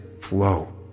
flow